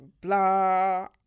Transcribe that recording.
blah